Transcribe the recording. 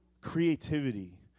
creativity